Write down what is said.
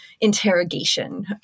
interrogation